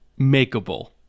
makeable